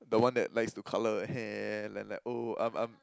the one that likes to colour her hair then like oh I'm I'm